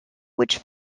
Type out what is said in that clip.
which